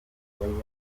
yakomeje